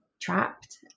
trapped